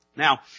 Now